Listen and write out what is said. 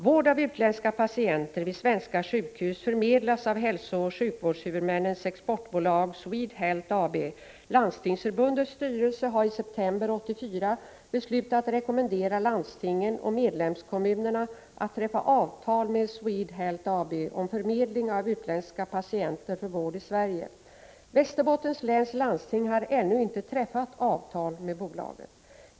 Vård av utländska patienter vid svenska sjukhus förmedlas av hälsooch sjukvårdshuvudmännens exportbolag, SwedeHealth AB. Landstingsförbundets styrelse har i september 1984 beslutat rekommendera landstingen och medlemskommunerna att träffa avtal med SwedeHealth AB om förmedling av utländska patienter för vård i Sverige. Västerbottens läns landstingskommun har ännu inte träffat avtal med bolaget.